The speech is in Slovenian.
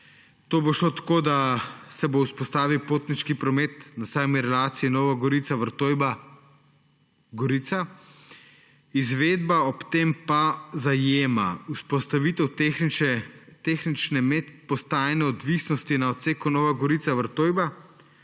To bo šlo tako, da se bo vzpostavil potniški promet na sami relaciji Nova Gorica–Vrtojba–Gorica, izvedba ob tem pa zajema vzpostavitev tehnične medpostajne odvisnosti na odseku Nova Gorica–Vrtojba,